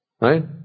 Right